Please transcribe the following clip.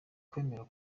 kwemera